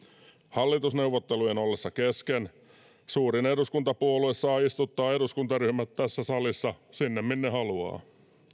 hallitusneuvottelujen ollessa kesken suurin eduskuntapuolue saa istuttaa eduskuntaryhmät tässä salissa sinne minne haluaa